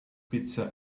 pizza